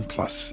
Plus